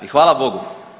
I hvala Bogu.